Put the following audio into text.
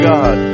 God